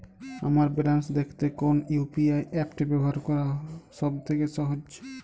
আমার ব্যালান্স দেখতে কোন ইউ.পি.আই অ্যাপটি ব্যবহার করা সব থেকে সহজ?